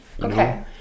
okay